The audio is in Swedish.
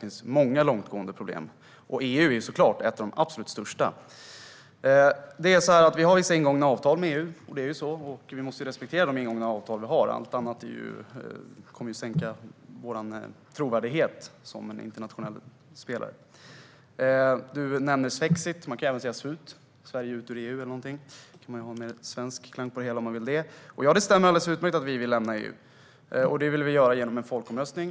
Det finns många långtgående problem - och EU är såklart ett av de absolut största. Vi har vissa ingångna avtal med EU. Det är så, och vi måste respektera de ingångna avtal vi har. Allt annat kommer ju att sänka vår trovärdighet som en internationell spelare. Du nämnde swexit - man kan även säga svut, Sverige ut ur EU, om man vill ha en svensk klang i det hela. Ja, det stämmer alldeles utmärkt att vi vill lämna EU. Det vill vi göra genom en folkomröstning.